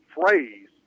phrase